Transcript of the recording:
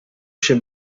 się